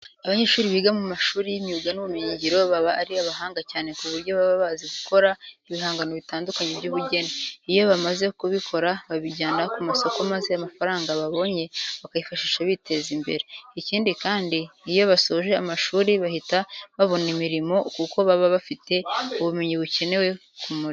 Abanyeshuri biga mu mashuri y'imyuga n'ubumenyingiro baba ari abahanga cyane ku buryo baba bazi gukora ibihangano bitandukanye by'ubugeni. Iyo bamaze kubikora babijyana ku masoko maza amafaranga babonye bakayifashisha biteza imbere. Ikindi kandi, iyo basoje amashuri bahita babona imirimo kuko baba bafite ubumenyi bukenewe ku murimo.